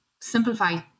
simplify